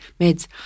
meds